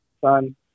son